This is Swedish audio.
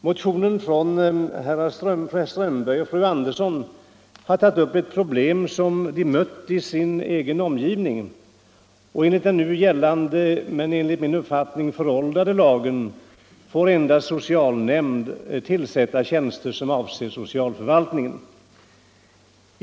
Motionen av herr Strömberg i Vretstorp och fru Andersson i Kumla har tagit upp ett problem som de mött i sin egen omgivning: enligt den nu gällande — men enligt min uppfattning föråldrade — lagen får endast socialnämnd tillsätta tjänster som avser socialförvaltningen.